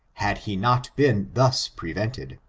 had he not been thus pre vented.